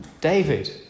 David